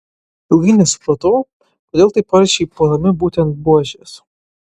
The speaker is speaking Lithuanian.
ilgai nesupratau kodėl taip aršiai puolami būtent buožės